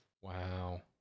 Wow